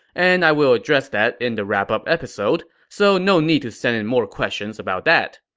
and i will address that in the wrap-up episode, so no need to send in more questions about that.